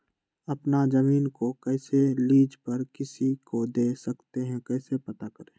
अपना जमीन को कैसे लीज पर किसी को दे सकते है कैसे पता करें?